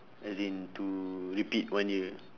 as in to repeat one year